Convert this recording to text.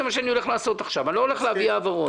זה מה שאני הולך לעשות עכשיו: אני לא הולך להביא העברות.